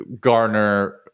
garner